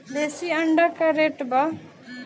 देशी अंडा का रेट बा?